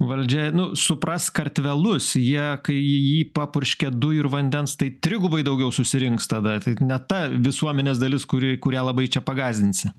valdžia nu suprask kartvelus jie kai į jį papurškia dujų ir vandens tai trigubai daugiau susirinks tada tai ne ta visuomenės dalis kuri kuria labai čia pagąsdinsi